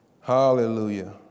Hallelujah